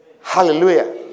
Hallelujah